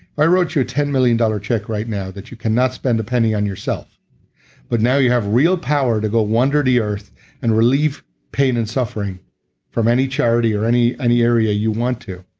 i wrote you a ten million dollars check right now that you cannot spend a penny on yourself but now you have real power to go wander the earth and relieve pain and suffering from any charity or any any area you want to,